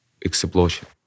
explosion